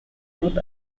not